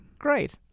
Great